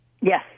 Yes